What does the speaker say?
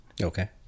Okay